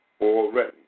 Already